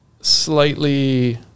slightly